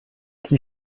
qui